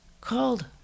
called